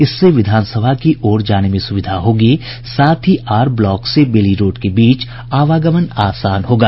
इससे विधानसभा की ओर जाने में सुविधा होगी साथ ही आर ब्लॉक से बेली रोड के बीच आवागमन आसान होगा